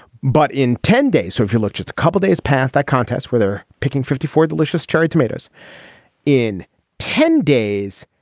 but in ten days. so if you look just a couple of days past that contest where they're picking fifty four delicious cherry tomatoes in ten days,